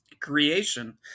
creation